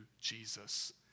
Jesus